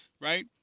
right